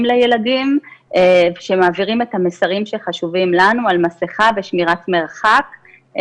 לילדים שמעבירים את המסרים שחשובים לנו על מסכה ושמירת מרחק.